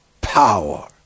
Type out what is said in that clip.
power